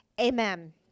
Amen